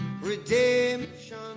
redemption